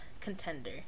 contender